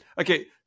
Okay